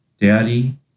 Daddy